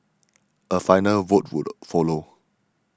a final vote would follow